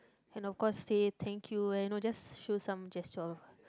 and of course say thank you and you know just show some gesture of